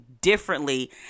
differently